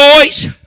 boys